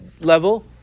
level